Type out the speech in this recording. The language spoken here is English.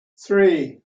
three